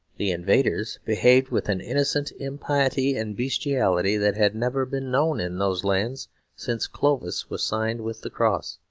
the invaders behaved with an innocent impiety and bestiality that had never been known in those lands since clovis was signed with the cross.